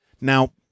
Now